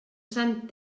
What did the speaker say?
sant